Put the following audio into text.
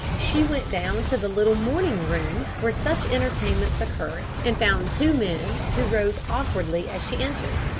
she went down to the little morning-room where such entertainments occurred and found two men, who rose awkwardly as she entered.